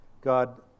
God